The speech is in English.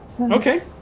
Okay